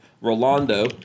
rolando